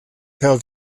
pêl